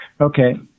Okay